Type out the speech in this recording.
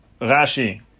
Rashi